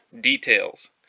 details